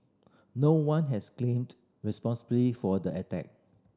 no one has claimed responsibility for the attack